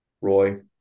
Roy